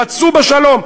רצו בשלום.